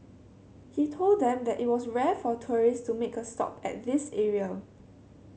he told them that it was rare for tourist to make a stop at this area